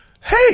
Hey